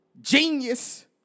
Genius